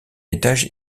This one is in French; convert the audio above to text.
étage